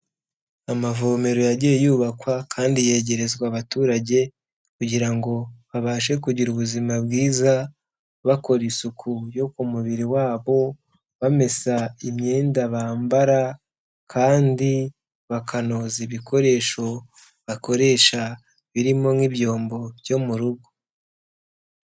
Amavomero yagiye yubakwa kandi yegerezwa abaturage kugira ngo babashe kugira ubuzima bwiza bakora isuku yo ku mubiri wabo, bamesa imyenda bambara kandi bakanoza ibikoresho bakoresha birimo nk'ibyombo byo mu rugo.